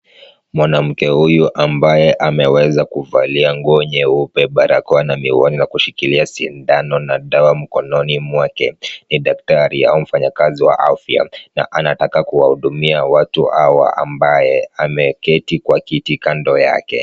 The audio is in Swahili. Mwanamke huyu ambaye ameweza kuvalia nguo nyeupe, barakoa na miwani na kushikilia sindano na dawa mkononi mwake, ni daktari au mfanyakazi wa afya na anataka kuwahudumia watu hawa ambao wameketi kwa kiti kando yake.